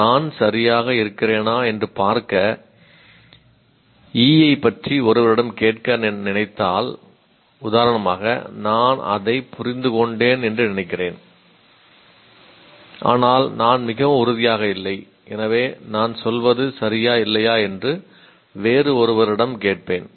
நான் சரியாக இருக்கிறேனா என்று பார்க்க E ஐப் பற்றி ஒருவரிடம் கேட்க நான் நினைத்தால் உதாரணமாக நான் அதை புரிந்து கொண்டேன் என்று நினைக்கிறேன் ஆனால் நான் மிகவும் உறுதியாக இல்லை எனவே நான் சொல்வது சரியா இல்லையா என்று வேறு ஒருவரிடம் கேட்பேன்